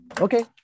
Okay